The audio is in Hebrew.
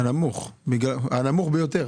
הנמוך ביותר.